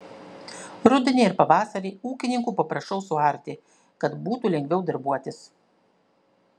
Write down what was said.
rudenį ir pavasarį ūkininkų paprašau suarti kad būtų lengviau darbuotis